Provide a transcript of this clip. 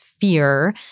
fear